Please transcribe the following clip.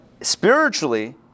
spiritually